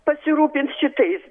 pasirūpins šitais